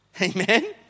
Amen